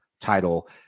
title